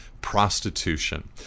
prostitution